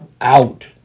out